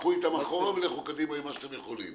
לכו אתם אחורה ולכו קדימה עם מה שאתם יכולים.